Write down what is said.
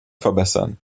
verbessern